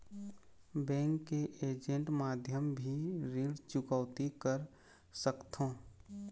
Bank के agent माध्यम भी ऋण चुकौती कर सकथों?